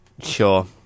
Sure